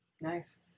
Nice